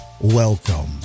Welcome